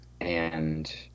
And-